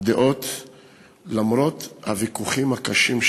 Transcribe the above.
דעות למרות הוויכוחים הקשים.